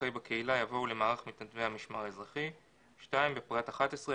אחרי "בקהילה" יבוא "ולמערך מתנדבי המשמר האזרחי"; בפרט 11,